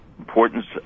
importance